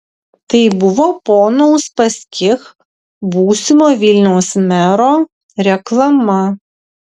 tai buvo pono uspaskich būsimo vilniaus mero reklama